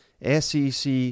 SEC